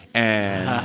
and. yeah